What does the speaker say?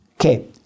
Okay